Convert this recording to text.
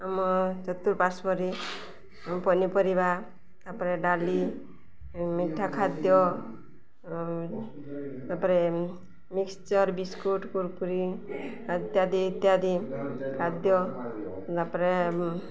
ଆମ ଚତୁରପାର୍ଶ୍ଵ ପନିପରିବା ତା'ପରେ ଡାଲି ମିଠା ଖାଦ୍ୟ ତା'ପରେ ମିକ୍ସଚର୍ ବିସ୍କୁଟ୍ କୁର୍କୁୁରୀ ଇତ୍ୟାଦି ଇତ୍ୟାଦି ଖାଦ୍ୟ ତା'ପରେ